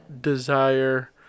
desire